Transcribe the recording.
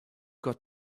got